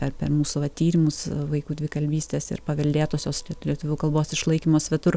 per per mūsų va tyrimus vaikų dvikalbystės ir paveldėtosios lietuvių kalbos išlaikymo svetur